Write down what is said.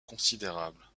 considérables